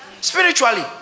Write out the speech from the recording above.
Spiritually